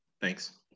Thanks